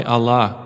Allah